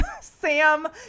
Sam